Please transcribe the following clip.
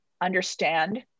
understand